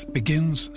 begins